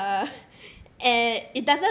and it doesn't